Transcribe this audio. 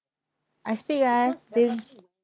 I speak ah don't